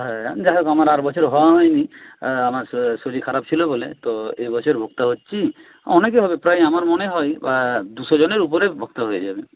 হ্যাঁ যাই হোক আমার আর বছর হওয়া হয়নি আমার শরীর খারাপ ছিল বলে তো এ বছর ভক্ত হচ্ছি অনেকে হবে প্রায় আমার মনে হয় দুশো জনের উপরে ভক্ত হয়ে যাবে